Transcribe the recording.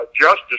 Justice